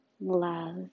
Love